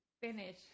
finish